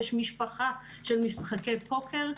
יש משפחה של משחקי פוקר,